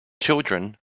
children